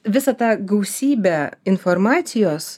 visą tą gausybę informacijos